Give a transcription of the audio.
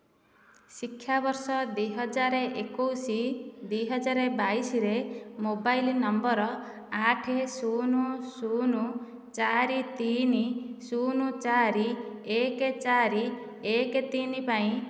ଶିକ୍ଷା ବର୍ଷ ଦୁଇ ହଜାର ଏକୋଇଶ ଦୁଇ ହଜାର ବାଇଶରେ ମୋବାଇଲ ନମ୍ବର ଆଠ ଶୂନ୍ ଶୂନ୍ ଚାରି ତିନି ଶୂନ୍ ଚାରି ଏକ ଚାରି ଏକ ତିନି ପାଇଁ